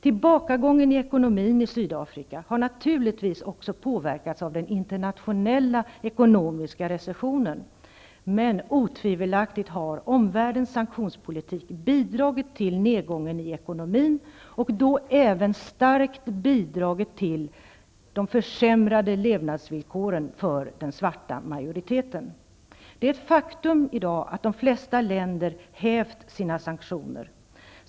Tillbakagången i ekonomin i Sydafrika har naturligtvis också påverkats av den internationella ekonomiska recessionen. Men otvivelaktigt har omvärldens sanktionspolitik bidragit till nedgången i ekonomin och då även starkt bidragit till de försämrade levnadsvillkoren för den svarta majoriteten. Det är ett faktum att de flesta länder i dag har hävt sina sanktioner.